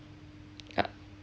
yup